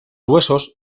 huesos